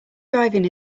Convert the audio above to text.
driving